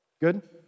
Good